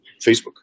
Facebook